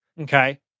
Okay